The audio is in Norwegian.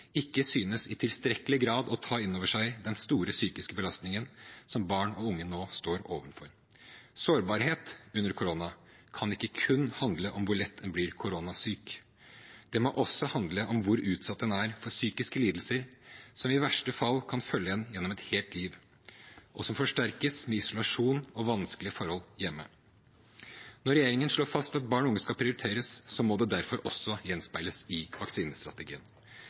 ikke synes i tilstrekkelig grad å ta inn over seg den store psykiske belastningen som barn og unge nå står overfor. Sårbarhet under korona kan ikke kun handle om hvor lett en blir koronasyk. Det må også handle om hvor utsatt en er for psykiske lidelser som i verste fall kan følge en gjennom et helt liv, og som forsterkes med isolasjon og vanskelige forhold hjemme. Når regjeringen slår fast at barn og unge skal prioriteres, må det derfor også gjenspeiles i vaksinestrategien.